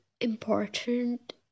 important